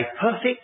perfect